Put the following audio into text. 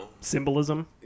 Symbolism